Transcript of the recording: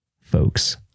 folks